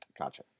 Gotcha